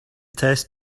test